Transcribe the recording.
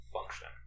function